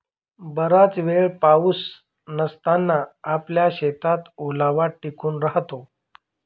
बराच वेळ पाऊस नसताना आपल्या शेतात ओलावा टिकून राहतो